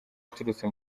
aturutse